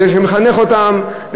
זה שמחנך אותם,